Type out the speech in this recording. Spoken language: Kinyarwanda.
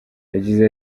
yagize